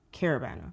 caravana